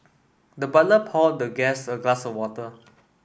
the butler poured the guest a glass of water